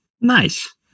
Nice